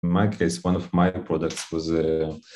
‫במקרה שלי, אחד מהפרודקטים שלי ‫הם...